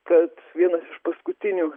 kad vienas iš paskutinių